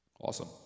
Awesome